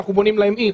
אנחנו בונים להם עיר,